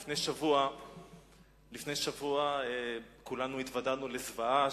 לפני שבוע כולנו התוודענו לזוועה,